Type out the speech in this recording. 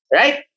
right